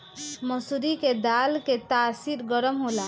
मसूरी के दाल के तासीर गरम होला